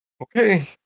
Okay